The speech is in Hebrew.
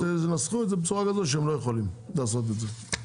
תנסחו את זה בצורה כזו שהם לא יכולים לעשות את זה.